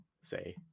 say